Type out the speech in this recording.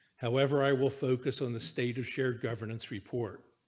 however, i will focus on the state of shared governance report.